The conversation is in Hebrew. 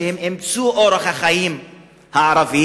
שאימצו את אורח החיים הערבי,